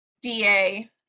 DA